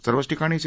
सर्वच ठिकाणी सी